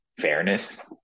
fairness